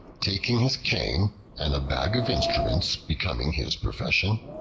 taking his cane and a bag of instruments becoming his profession,